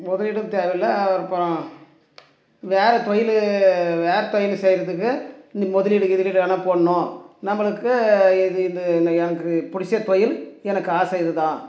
முதலீடும் தேவையில்ல அப்புறம் வேறு தொழில் வேறு தொழில் செய்கிறதுக்கு இந்த முதலீடு கீதலீடு எதனா போடணும் நம்மளுக்கு இது இது என்ன எனக்குப் பிடிச்ச தொழில் எனக்கு ஆசை இது தான்